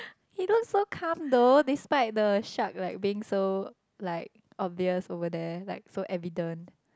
he looks so calm though despite the shark like being so like obvious over there like so evident